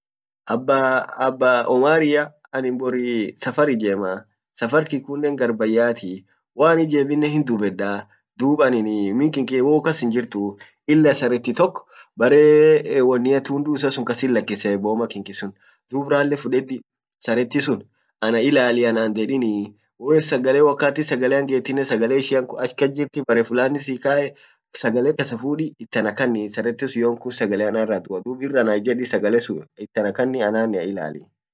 abba abba omaria anin safar ijemaa safar bayyatii waan ijeminnen hin dubedaa dub anin min kinki wou kas hinjirtuu ila sreti tok bare tundu issa sun kasit lakise boma kinki sun dubatan rale fudedi sareti sun ana ilali ana hindedini wo sagale wakati sagalean get sagale ishia ash kajirti bare fulani sikae sagale kasa fudi it ana kanni yonkun saretin sun sagalean arra dua dub ir ana ijeddi sagale sun ita na kanni anannea ilalii.